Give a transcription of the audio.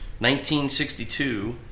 1962